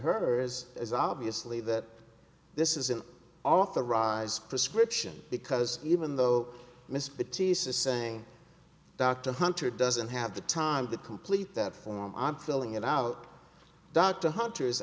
hers is obviously that this is an authorized prescription because even though miss bitties is saying dr hunter doesn't have the time to complete that form i'm filling it out dr hunter